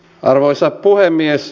arvoisa puhemies